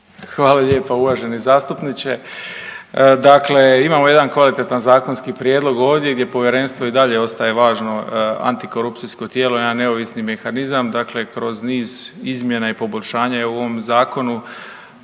Hvala lijepa uvaženi zastupniče. Dakle, imamo jedan kvalitetan zakonski prijedlog ovdje gdje povjerenstvo i dalje ostaje važno antikorupcijsko tijelo, jedan neovisni mehanizam. Dakle kroz niz izmjena i poboljšanja u ovom zakonu